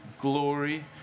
Glory